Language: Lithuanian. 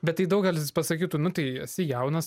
bet tai daugelis pasakytų nu tai esi jaunas